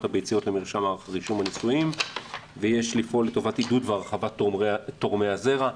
הביציות לרישום הנישואין ויש לפעול לטובת עידוד והרחבת תורמי הזרע.